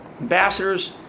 ambassadors